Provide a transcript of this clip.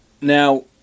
Now